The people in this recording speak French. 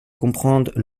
comprendre